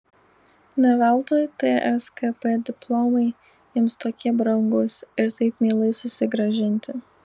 ne veltui tskp diplomai jiems tokie brangūs ir taip mielai susigrąžinti